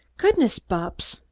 goodness, bupps!